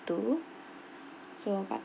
two so part